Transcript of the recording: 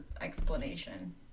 explanation